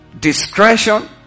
discretion